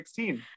2016